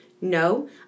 No